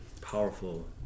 powerful